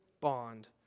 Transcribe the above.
bond